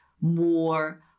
more